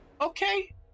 Okay